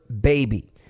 baby